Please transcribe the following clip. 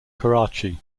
karachi